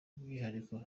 by’umwihariko